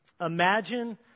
Imagine